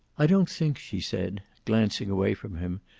i don't think, she said, glancing away from him,